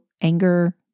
anger